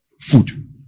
food